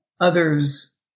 others